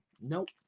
nope